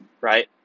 right